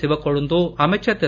சிவக்கொழுந்து அமைச்சர் திரு